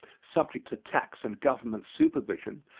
subject to tax and government supervision,